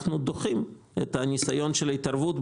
אנחנו דוחים את הניסיון של ההתערבות.